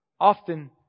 often